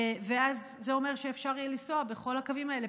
ואז זה אומר שאפשר יהיה לנסוע בכל הקווים האלה,